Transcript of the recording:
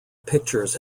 pictures